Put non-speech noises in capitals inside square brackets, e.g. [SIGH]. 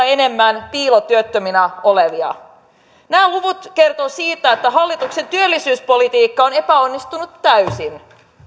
[UNINTELLIGIBLE] enemmän piilotyöttöminä olevia nämä luvut kertovat siitä että hallituksen työllisyyspolitiikka on epäonnistunut täysin